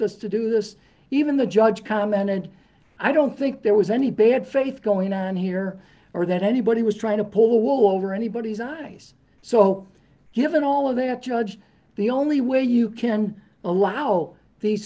us to do this even the judge commented i don't think there was any bad faith going on here or that anybody was trying to pull the wool over anybody's eyes so given all of that judge the only way you can allow these